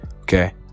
Okay